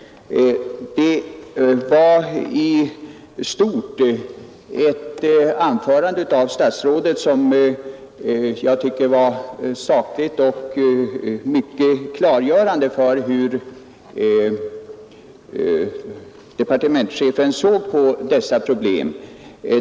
Jag tycker att statsrådets anförande i stort var sakligt och mycket klargörande när det gäller departementschefens syn på dessa problem.